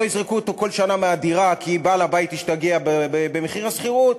שלא יזרקו אותו כל שנה מהדירה כי בעל הבית השתגע במחיר השכירות,